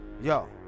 Yo